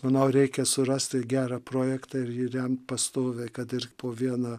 manau reikia surasti gerą projektą ir jį remt pastoviai kad ir po vieną